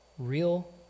Real